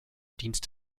dienst